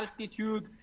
altitude